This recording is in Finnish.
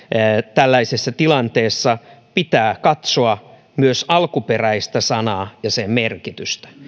tällaisessa tilanteessa pitää katsoa myös alkuperäistä sanaa ja sen merkitystä